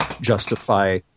justify